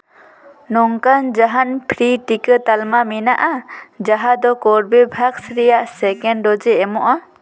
ᱱᱚᱝᱠᱟᱱ ᱡᱟᱦᱟᱱ ᱯᱷᱨᱤ ᱴᱤᱠᱟᱹ ᱛᱟᱞᱢᱟ ᱢᱮᱱᱟᱜᱼᱟ ᱡᱟᱦᱟᱸ ᱫᱚ ᱠᱳᱨᱵᱷᱳ ᱵᱷᱮᱠᱥ ᱨᱮᱭᱟᱜ ᱥᱮᱠᱮᱱᱰ ᱰᱳᱡᱽ ᱮ ᱮᱢᱚᱜᱼᱟ